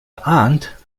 arndt